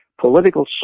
Political